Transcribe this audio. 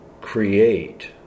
create